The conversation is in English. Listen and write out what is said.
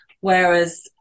whereas